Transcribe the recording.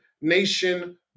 nation